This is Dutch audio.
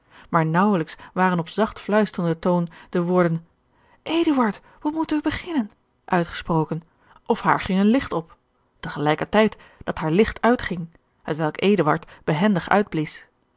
maar naauwelijks waren op zacht fluisterenden toon de woorden eduard wat moeten wij beginnen uitgesproken of haar ging een licht op te gelijker tijd dat haar licht uitging hetwelk eduard behendig uitblies